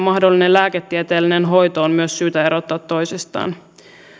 mahdollinen lääketieteellinen hoito on myös syytä erottaa toisistaan